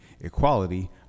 equality